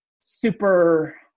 super